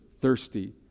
thirsty